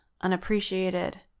unappreciated